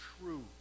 true